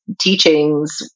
teachings